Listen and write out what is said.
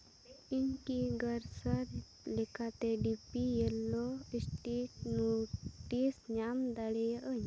ᱤᱧ ᱠᱤ ᱜᱟᱨᱥᱟᱨ ᱞᱮᱠᱟᱛᱮ D P yellow stick notice ᱧᱟᱢ ᱫᱟᱲᱮᱭᱟᱜᱼᱟᱹᱧ